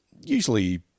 usually